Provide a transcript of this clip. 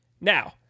Now